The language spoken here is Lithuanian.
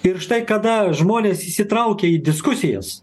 ir štai kada žmonės įsitraukia į diskusijas